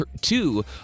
two